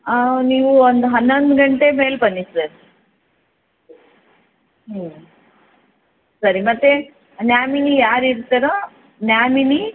ಆಂ ನೀವು ಒಂದು ಹನ್ನೊಂದು ಗಂಟೆ ಮೇಲೆ ಬನ್ನಿ ಸರ್ ಹ್ಞೂ ಸರಿ ಮತ್ತು ನ್ಯಾಮಿನಿ ಯಾರು ಇರ್ತಾರೊ ನ್ಯಾಮಿನಿ